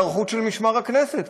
היערכות של משמר הכנסת,